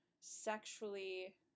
sexually